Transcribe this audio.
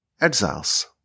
exiles